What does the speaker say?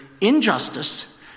injustice